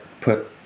put